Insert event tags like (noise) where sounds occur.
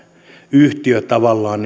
tavallaan (unintelligible)